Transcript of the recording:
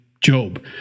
Job